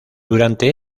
durante